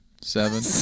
seven